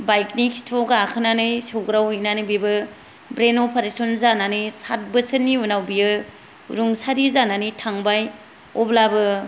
बाइकनि खिथुआव गाखोनानै सौग्रावहैनानै बेबो ब्रेन अपारेसन जानानै सात बोसोरनि उनाव बियो रुंसारि जानानै थांबाय अब्लाबो